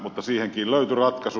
mutta siihenkin löytyi ratkaisu